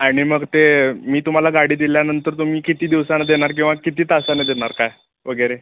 आणि मग ते मी तुम्हाला गाडी दिल्यानंतर तुम्ही किती दिवसानं देणार किंवा किती तासानं देणार काय वगैरे